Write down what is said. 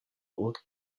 old